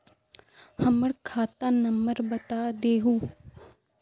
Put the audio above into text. हमर खाता नंबर बता देहु?